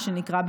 מה שנקרא,